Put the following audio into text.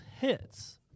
hits